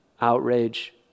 outrage